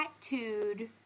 tattooed